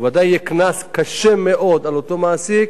וודאי יהיה קנס קשה מאוד על אותו מעסיק.